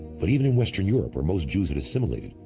but even in western europe, where most jews had assimilated,